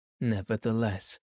Nevertheless